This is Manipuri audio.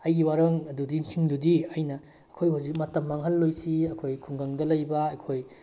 ꯑꯩꯒꯤ ꯋꯥꯔꯦꯡ ꯑꯗꯨꯗꯤ ꯁꯤꯡꯗꯨꯗꯤ ꯑꯩꯅ ꯑꯩꯈꯣꯏ ꯍꯧꯖꯤꯛ ꯃꯇꯝ ꯃꯥꯡꯍꯜꯂꯣꯏꯁꯤ ꯑꯩꯈꯣꯏ ꯈꯨꯡꯒꯪꯗ ꯂꯩꯕ ꯑꯩꯈꯣꯏ